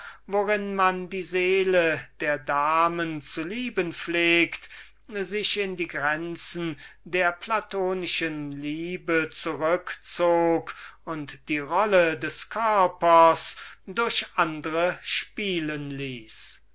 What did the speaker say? worin man die seele der damen zu lieben pflegt sich in die grenzen der platonischen liebe zurückzog und die rolle des körpers durch andre spielen ließ